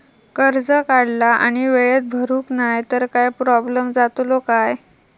कर्ज काढला आणि वेळेत भरुक नाय तर काय प्रोब्लेम जातलो काय?